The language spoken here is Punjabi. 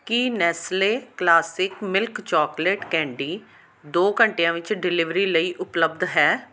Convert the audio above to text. ਕੀ Nestle classic milk chocolate candy ਦੋ ਘੰਟਿਆਂ ਵਿੱਚ ਡਿਲੀਵਰੀ ਲਈ ਉਪਲੱਬਧ ਹੈ